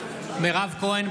כהן,